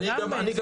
אני גם